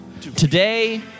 Today